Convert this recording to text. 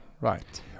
right